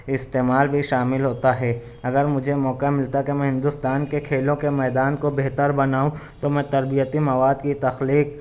استعمال بھی شامل ہوتا ہے اگر مجھے موقع ملتا کہ میں ہندوستان کے کھیلوں کے میدان کو بہتر بناؤں تو میں تربیتی مواد کی تخلیق